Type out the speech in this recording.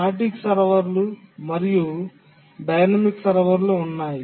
static సర్వర్లు మరియు dynamic సర్వర్లు ఉన్నాయి